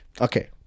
Okay